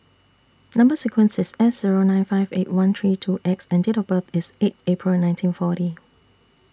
Number sequence IS S Zero nine five Eighty One three two X and Date of birth IS eight April nineteen forty